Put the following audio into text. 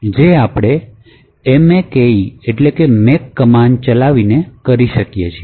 જે આપડે make ચલાવીને કરીએ છીએ